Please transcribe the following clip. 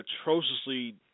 atrociously